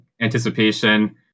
anticipation